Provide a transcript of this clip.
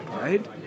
Right